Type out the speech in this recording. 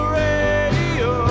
radio